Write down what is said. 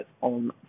on